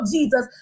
Jesus